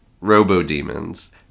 Robo-Demons